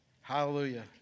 Hallelujah